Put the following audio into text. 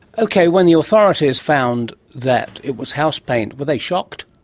okay, when the authorities found that it was house paint, were they shocked?